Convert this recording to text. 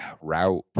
route